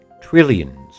Trillions